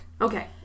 Okay